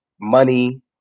money